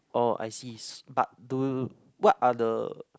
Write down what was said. oh I sees but do what are the